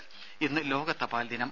ദര ഇന്ന് ലോക തപാൽദിനം